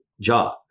job